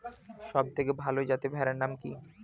সবথেকে ভালো যাতে ভেড়ার নাম কি?